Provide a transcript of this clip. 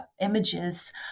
images